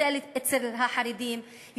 יותר אצל החרדים,